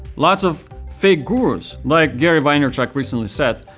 lot's of fake gurus. like gary vaynerchuk recently said,